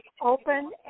Open